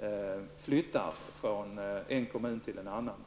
han flyttar från en kommun till en annan.